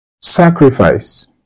sacrifice